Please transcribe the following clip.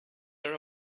are